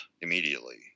immediately